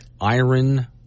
Iron